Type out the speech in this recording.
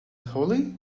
hollie